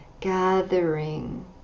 gathering